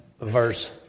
verse